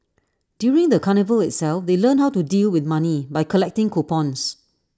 during the carnival itself they learnt how to deal with money by collecting coupons